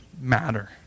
matter